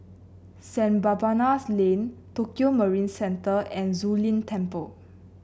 Saint Barnabas Lane Tokio Marine Centre and Zu Lin Temple